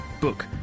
book